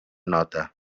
nota